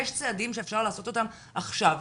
יש צעדים שאפשר לעשות אותם עכשיו,